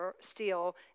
steel